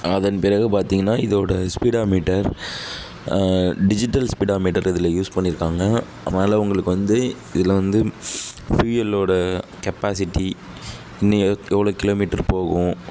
அதன் பிறகு பார்த்திங்கன்னா இதோட speedometer digital speedometer இதில் யூஸ் பண்ணியிருக்காங்க அதனால் உங்களுக்கு வந்து இதில் வந்து ஃபீயலோட கெப்பாசிட்டி இன்னைய எவ்வளோ கிலோ மீட்டரு போகும்